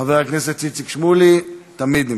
חבר הכנסת איציק שמולי, תמיד נמצא.